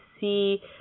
see